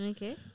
Okay